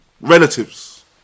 relatives